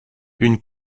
une